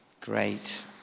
Great